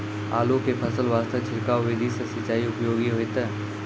आलू के फसल वास्ते छिड़काव विधि से सिंचाई उपयोगी होइतै?